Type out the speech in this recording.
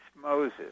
Moses